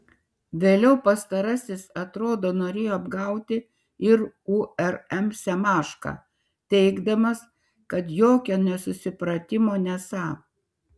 vėliau pastarasis atrodo norėjo apgauti ir urm semašką teigdamas kad jokio nesusipratimo nesą